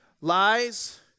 Lies